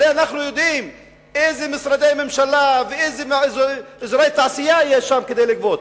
הרי אנחנו יודעים איזה משרדי ממשלה ואיזה אזורי תעשייה יש שם כדי לגבות.